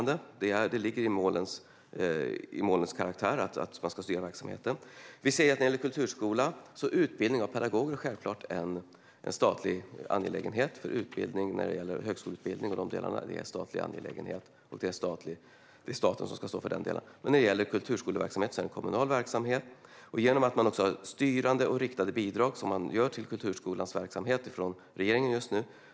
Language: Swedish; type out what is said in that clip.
Det ligger i målens karaktär att man ska styra verksamheten. Utbildning av pedagoger för kulturskolan är självklart en statlig angelägenhet. Högskoleutbildning är en statlig angelägenhet, och det är staten som ska stå för den delen. Men kulturskoleverksamhet är en kommunal verksamhet. Just nu har man styrande och riktade bidrag till kulturskolans verksamhet från regeringen.